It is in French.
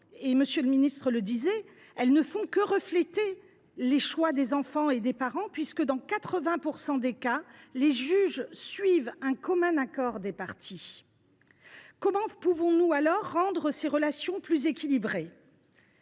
M. le ministre l’indiquait, celles ci ne sont que le reflet des choix des enfants et des parents, puisque dans 80 % des cas, les juges suivent un commun accord des parties. Comment pouvons nous rendre ces relations plus équilibrées ?